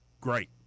Great